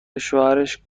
شوهرش